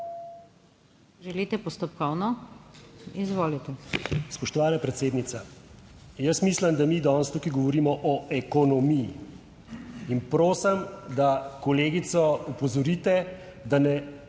Želite postopkovno? Izvolite.